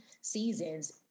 seasons